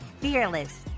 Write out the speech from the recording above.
fearless